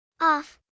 Off